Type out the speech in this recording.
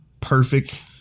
perfect